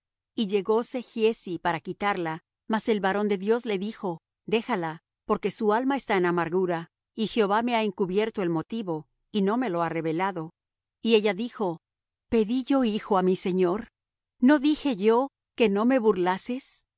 y llegóse giezi para quitarla mas el varón de dios le dijo déjala porque su alma está en amargura y jehová me ha encubierto el motivo y no me lo ha revelado y ella dijo pedí yo hijo á mi señor no dije yo que no me burlases